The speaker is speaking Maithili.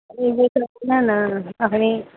कोइ दिक्कत नहि ने अखन